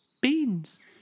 beans